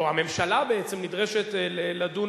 או הממשלה בעצם נדרשת לדון